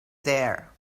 there